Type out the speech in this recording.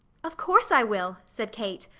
of course i will, said kate,